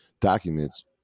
documents